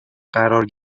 قرار